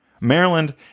Maryland